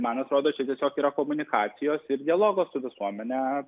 man atrodo čia tiesiog yra komunikacijos ir dialogo su visuomene